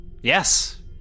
Yes